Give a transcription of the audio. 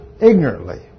ignorantly